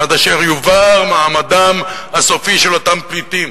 עד אשר יובהר מעמדם הסופי של אותם פליטים?